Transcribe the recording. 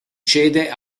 cede